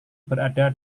berada